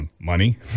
Money